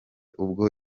ubwo